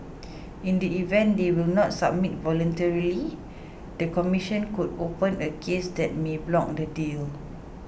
in the event they will not submit voluntarily the commission could open a case that may block the deal